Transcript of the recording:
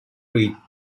reached